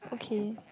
okay